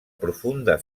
profunda